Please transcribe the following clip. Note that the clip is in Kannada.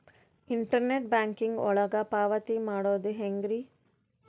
ಇಂಟರ್ನೆಟ್ ಬ್ಯಾಂಕಿಂಗ್ ಒಳಗ ಪಾವತಿ ಮಾಡೋದು ಹೆಂಗ್ರಿ?